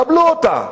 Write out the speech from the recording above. קבלו אותה,